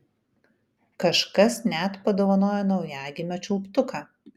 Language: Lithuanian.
kažkas net padovanojo naujagimio čiulptuką